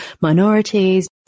minorities